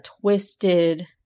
twisted